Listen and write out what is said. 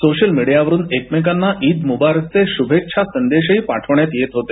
social मिडीयावरून एकमेकांना ईद मुबारकचे शुभेच्छा संदेश पाठविण्यात येत होते